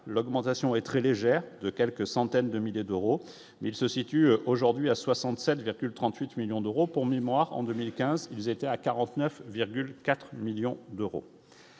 l'augmentation est très légère de quelques centaines de milliers d'euros mais il se situe aujourd'hui à 67,38 millions d'euros pour mémoire en 2015, ils étaient à 49,4 millions d'euros.